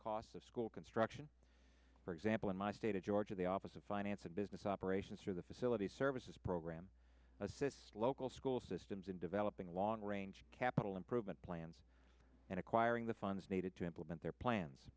costs of school construction for example in my state of georgia the office of finance and business operations for the facilities services program assists local school systems in developing long range capital improvement plans and acquiring the funds needed to implement their plans